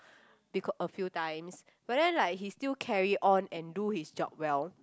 becau~ a few times but then like he still carry on and do his job well